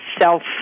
self